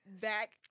back